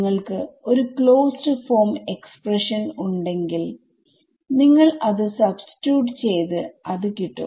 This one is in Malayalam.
നിങ്ങൾക്ക് ഒരു ക്ലോസ്ഡ് ഫോം എക്സ്പ്രഷൻ ഉണ്ടെങ്കിൽ നിങ്ങൾ അത് സബ്സ്റ്റിട്യൂട്ട് ചെയ്ത് അത് കിട്ടും